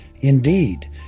indeed